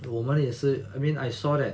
我们也是 I mean I saw that